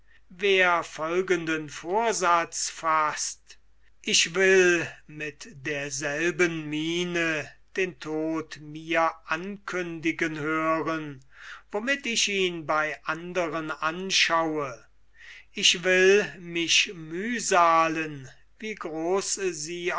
wer folgenden vorsatz fast ich will mit derselben miene den tod hören womit ich ihn anschaue ich will mich mühsalen wie groß sie